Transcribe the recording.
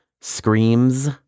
Screams